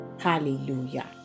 Hallelujah